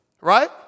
Right